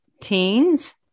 teens